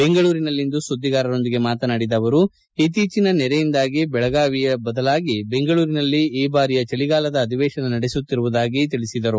ಬೆಂಗಳೂರಿನಲ್ಲಿಂದು ಸುದ್ದಿಗಾರೊಂದಿಗೆ ಮಾತನಾಡಿದ ಅವರು ಇತ್ತೀಚಿನ ನೆರೆಯಿಂದಾಗಿ ಬೆಳಗಾವಿಯ ಬದಲಾಗಿ ಬೆಂಗಳೂರಿನಲ್ಲಿ ಈ ಬಾರಿಯ ಚಳಿಗಾಲದ ಅಧಿವೇಶನ ನಡೆಸುತ್ತಿರುವುದಾಗಿ ಸ್ಪಷ್ಟಪಡಿಸಿದರು